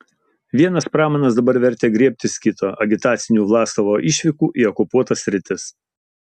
vienas pramanas dabar vertė griebtis kito agitacinių vlasovo išvykų į okupuotas sritis